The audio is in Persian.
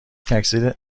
تاثیر